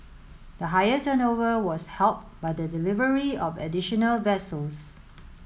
the higher turnover was helped by the delivery of additional vessels